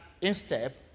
instep